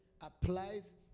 applies